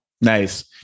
Nice